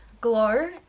Glow